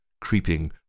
creeping